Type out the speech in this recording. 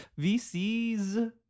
VCs